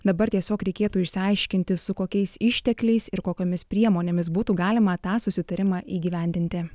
dabar tiesiog reikėtų išsiaiškinti su kokiais ištekliais ir kokiomis priemonėmis būtų galima tą susitarimą įgyvendinti